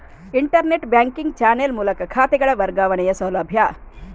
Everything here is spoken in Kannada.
ಇಂಟರ್ನೆಟ್ ಬ್ಯಾಂಕಿಂಗ್ ಚಾನೆಲ್ ಮೂಲಕ ಖಾತೆಗಳ ವರ್ಗಾವಣೆಯ ಸೌಲಭ್ಯ